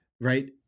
right